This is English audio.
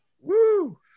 Woo